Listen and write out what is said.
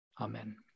Amen